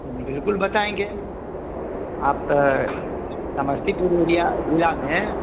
बिल्कुल बताएँगे आप समस्तीपुर एरिया ज़िले में